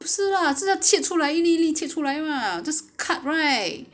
不是 ah 就是要切出来一粒一粒切出来 lah just cut right